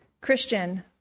Christian